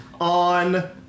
on